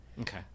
okay